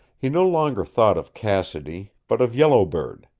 he no longer thought of cassidy, but of yellow bird.